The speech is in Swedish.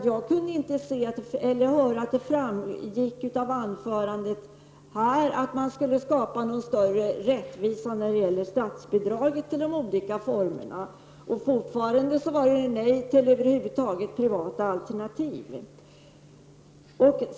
Jag kunde inte höra att det i statsrådets anförande sades något om att det skulle skapas någon större rättvisa när det gäller statsbidragen till de olika barnomsorgsformerna. Fortfarande säger statsrådet nej till alla privata alternativ.